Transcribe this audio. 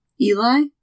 Eli